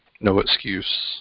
no-excuse